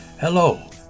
Hello